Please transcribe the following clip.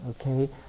Okay